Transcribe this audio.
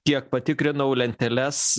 kiek patikrinau lenteles